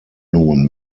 nun